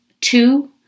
two